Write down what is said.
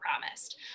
promised